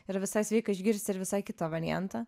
ir visai sveika išgirsti ir visai kitą variantą